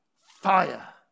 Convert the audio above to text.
fire